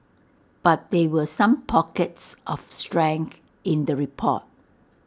but they were some pockets of strength in the report